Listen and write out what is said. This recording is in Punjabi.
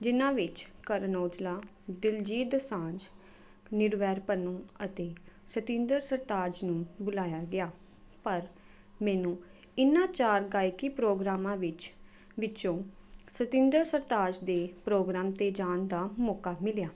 ਜਿਹਨਾਂ ਵਿੱਚ ਕਰਨ ਔਜਲਾ ਦਿਲਜੀਤ ਦੋਸਾਂਝ ਨਿਰਵੈਰ ਪੰਨੂ ਅਤੇ ਸਤਿੰਦਰ ਸਰਤਾਜ ਨੂੰ ਬੁਲਾਇਆ ਗਿਆ ਪਰ ਮੈਨੂੰ ਇਹਨਾਂ ਚਾਰ ਗਾਇਕੀ ਪ੍ਰੋਗਰਾਮਾਂ ਵਿੱਚ ਵਿੱਚੋਂ ਸਤਿੰਦਰ ਸਰਤਾਜ ਦੇ ਪ੍ਰੋਗਰਾਮ 'ਤੇ ਜਾਣ ਦਾ ਮੌਕਾ ਮਿਲਿਆ